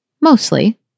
mostly